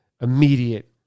immediate